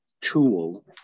tool